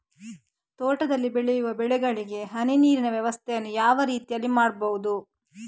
ತೋಟದಲ್ಲಿ ಬೆಳೆಯುವ ಬೆಳೆಗಳಿಗೆ ಹನಿ ನೀರಿನ ವ್ಯವಸ್ಥೆಯನ್ನು ಯಾವ ರೀತಿಯಲ್ಲಿ ಮಾಡ್ಬಹುದು?